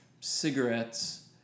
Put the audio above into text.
cigarettes